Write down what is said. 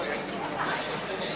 אני מבקש שתשבו במקומותיכם,